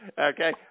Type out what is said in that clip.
Okay